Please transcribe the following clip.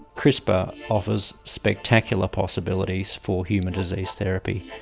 crispr offers spectacular possibilities for human disease therapy.